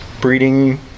breeding